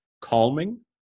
calming